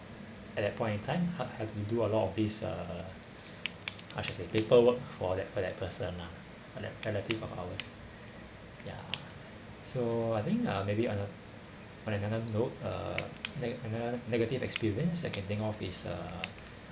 at that point in time ha~ had to do a lot of this uh I should say paperwork for that for that person lah for that relative of ours ya so I think uh maybe on a~ on another note uh a neg~ another negative experience I can think of is uh